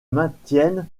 maintiennent